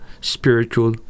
spiritual